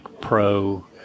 Pro